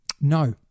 No